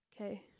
Okay